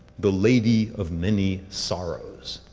the lady of many sorrows.